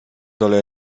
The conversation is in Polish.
dole